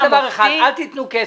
רק דבר אחד, אל תיתנו כסף,